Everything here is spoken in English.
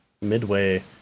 Midway